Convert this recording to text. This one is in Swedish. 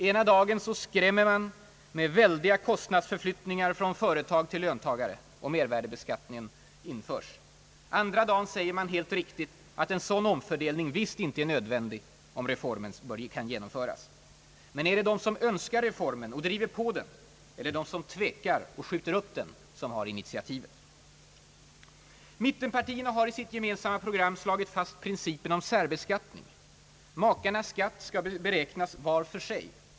Ena dagen skrämmer man med väldiga kostnadsförskjutningar från företag till löntagare om mervärdeskatten införs. Andra dagen säger man, helt riktigt, att en sådan omfördelning visst inte är nödvändig om reformen genomförs. Men är det de som önskar reformen och driver på den eller de som tvekar och skjuter upp den som har initiativet? Mittenpartierna har i sitt gemensammå program slagit fast principen om särbeskattning. Makarnas skatt skall beräknas var för sig.